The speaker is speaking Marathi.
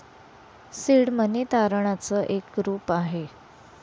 सीड मनी तारणाच एक रूप आहे